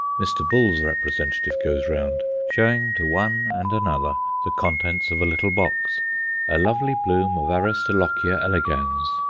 mr. bull's representative goes round, showing to one and another the contents of a little box a lovely bloom of aristolochia elegans,